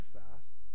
fast